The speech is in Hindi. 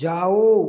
जाओ